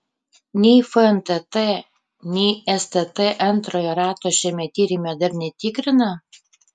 nei fntt nei stt antrojo rato šiame tyrime dar netikrina